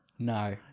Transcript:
No